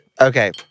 Okay